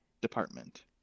department